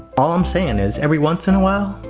all i'm saying is, every once in a while,